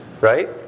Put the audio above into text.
Right